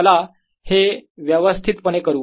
चला हे व्यवस्थितपणे करू